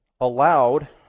allowed